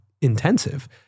intensive